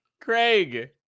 Craig